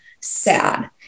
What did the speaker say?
sad